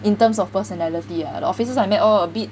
in terms of personality ah the officers I met all a bit